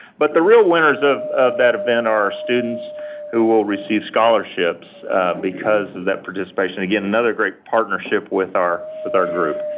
but the real winners of of that event are our students who will receive scholarships because of that participation again, another great partnership with our with our group.